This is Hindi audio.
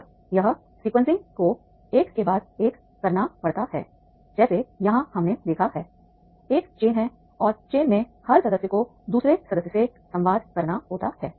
और यह सीक्वेंसिंग को एक के बाद एक करना पड़ता है जैसे यहाँ हमने देखा है एक चेन है और चेन में हर सदस्य को दूसरे सदस्य से संवाद करना होता है